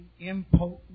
impotent